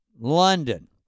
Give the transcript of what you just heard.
London